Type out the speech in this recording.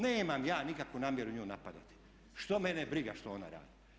Nemam ja nikakvu namjeru nju napadati, što mene briga što ona radi.